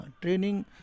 training